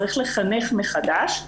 צריך לחנך מחדש.